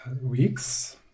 weeks